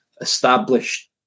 established